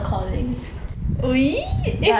ya like